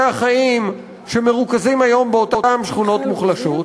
החיים שמרוכזים היום באותן שכונות מוחלשות,